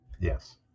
Yes